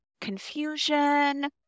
confusion